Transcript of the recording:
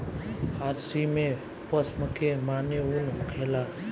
फ़ारसी में पश्म के माने ऊन होखेला